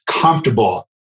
comfortable